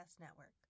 Network